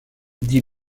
dit